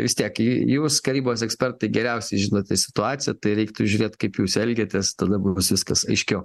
vis tiek į jūs karybos ekspertai geriausiai žinote situaciją tai reiktų žiūrėt kaip jūs elgiatės tada bus viskas aiškiau